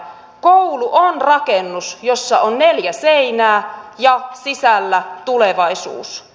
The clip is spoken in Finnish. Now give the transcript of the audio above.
koulu on rakennus jossa on neljä seinää ja sisällä tulevaisuus